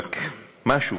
רק משהו,